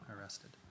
arrested